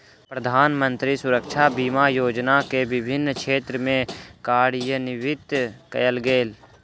प्रधानमंत्री सुरक्षा बीमा योजना के विभिन्न क्षेत्र में कार्यान्वित कयल गेल